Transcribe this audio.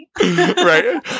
Right